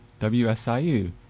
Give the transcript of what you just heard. WSIU